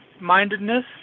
mindedness